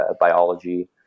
biology